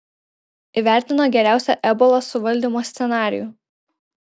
įvertino geriausią ebolos suvaldymo scenarijų